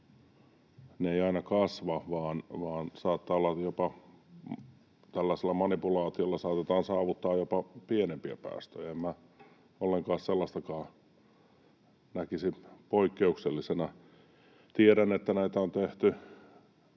ne eivät aina kasva, vaan saattaa olla, että tällaisella manipulaatiolla saatetaan saavuttaa jopa pienempiä päästöjä. En minä ollenkaan sellaistakaan näkisi poikkeuksellisena. Tiedän, että näitä on tehty